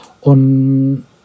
Und